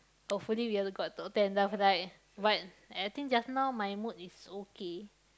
hopefully we are got top ten then after that but I think just now my mood is okay